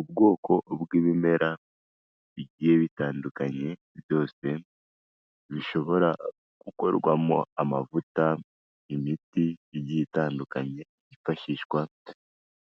Ubwoko bw'ibimera bigiye bitandukanye byose bishobora gukorwamo amavuta, imiti igiye itandukanye, yifashishwa